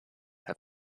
have